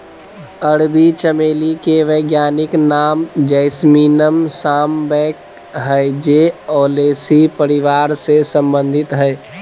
अरबी चमेली के वैज्ञानिक नाम जैस्मीनम सांबैक हइ जे ओलेसी परिवार से संबंधित हइ